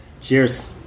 Cheers